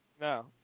No